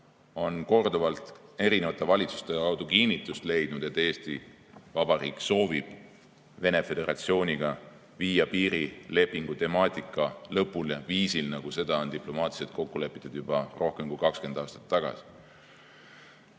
korduvalt erinevate valitsuste kaudu kinnitust leidnud, et Eesti Vabariik soovib [suhetes] Venemaa Föderatsiooniga viia piirilepingu temaatika lõpule viisil, nagu see on diplomaatiliselt kokku lepitud juba rohkem kui 20 aastat tagasi.